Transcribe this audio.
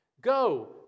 Go